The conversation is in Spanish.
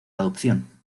adopción